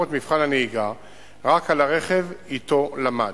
את מבחן הנהיגה רק על הרכב שאתו למד.